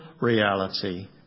reality